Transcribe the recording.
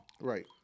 Right